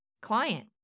client